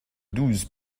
douze